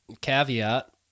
caveat